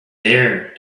there